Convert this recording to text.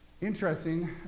interesting